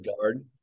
guard